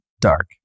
dark